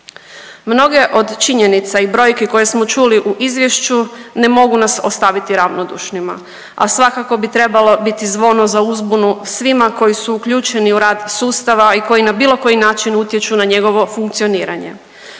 Mnoge od činjenica i brojki koje smo čuli u izvješću ne mogu nas ostaviti ravnodušnima, a svakako bi trebalo biti zvono za uzbunu svima koji su uključeni u rad sustava i koji na bilo koji način utječu na njegovo funkcioniranje.